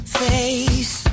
face